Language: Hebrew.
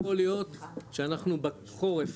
יכול להיות שאנחנו בחורף